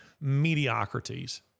mediocrities